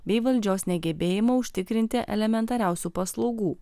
bei valdžios negebėjimo užtikrinti elementariausių paslaugų